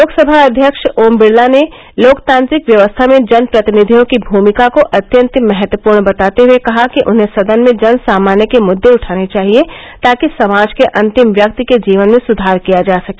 लोकसभा अध्यक्ष ओम बिडला ने लोकतांत्रिक व्यवस्था में जनप्रतिनिधियों की भूमिका को अत्यंत महत्वपूर्ण बताते हए कहा कि उन्हें सदन में जन सामान्य के मुददे उठाने चाहिए ताकि समाज के अंतिम व्यक्ति के जीवन में सुधार किया जा सके